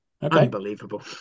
Unbelievable